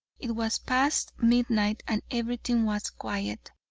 it was past midnight and everything was quiet.